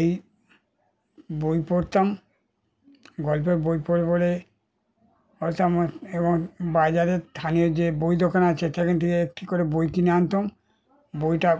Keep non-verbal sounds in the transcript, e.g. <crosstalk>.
এই বই পড়তাম গল্পের বই পড়ে পড়ে <unintelligible> এবং বাজারে স্থানীয় যে বই দোকান আছে সেখান থেকে একটি করে বই কিনে আনতাম বইটা